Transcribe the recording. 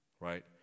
right